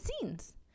scenes